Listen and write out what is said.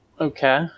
okay